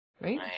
Right